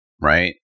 right